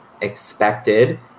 expected